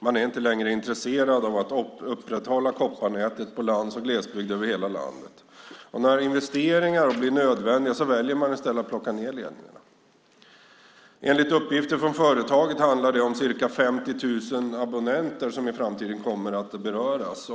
Man är inte längre intresserad av att upprätthålla kopparnätet i lands och glesbygd över hela landet. När investeringar blir nödvändiga väljer man i stället att plocka ned ledningar. Enligt uppgifter från företaget handlar det om ca 50 000 abonnenter som i framtiden kommer att beröras.